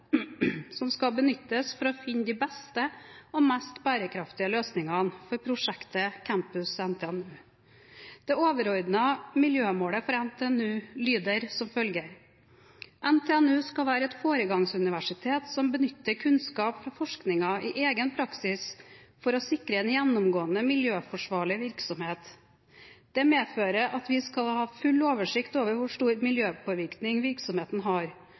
som skal benyttes for å finne de beste og mest bærekraftige løsningene for prosjektet Campus NTNU. Det overordnede miljømålet for NTNU lyder slik: «NTNU skal være et foregangsuniversitet som benytter kunnskap fra forskningen i egen praksis for å sikre en gjennomgående miljøforsvarlig virksomhet. Dette medfører at vi skal ha full oversikt over hvor stor miljøpåvirkning virksomheten har,